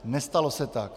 Nestalo se tak.